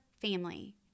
family